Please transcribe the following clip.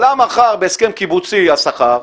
עלה מחר בהסכם קיבוצי השכר,